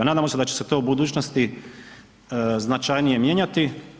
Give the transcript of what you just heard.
Nadamo se da će se to u budućnosti značajnije mijenjati.